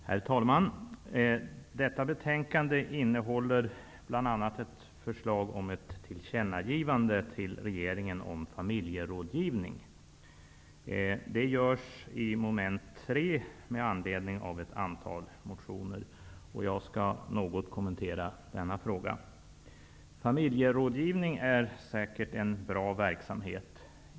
Herr talman! Detta betänkande innehåller bl.a. ett förslag om ett tillkännagivande till regeringen om familjerådgivning. Det föreslås i mom. 3 med anledning av ett antal väckta motioner. Jag skall något kommentera denna fråga. Familjerådgivning är säkert en bra verksamhet.